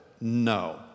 no